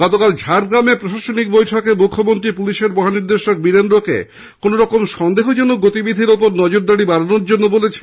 গতকাল ঝাড়গ্রামে প্রশাসনিক বৈঠকে যোগ দিয়ে মুখ্যমন্ত্রী পুলিশের মহা নির্দেশক বীরেন্দ্রকে কোনোরকম সন্দেহজনক গতিবিধির ওপর নজরদারি বাড়ানোর জন্য বলেছেন